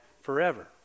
forever